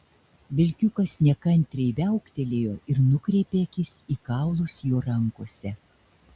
vilkiukas nekantriai viauktelėjo ir nukreipė akis į kaulus jo rankose